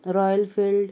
Royal Enfield